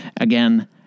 again